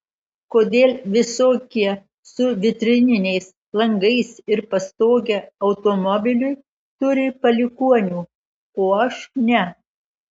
kodėl visokie su vitrininiais langais ir pastoge automobiliui turi palikuonių o aš ne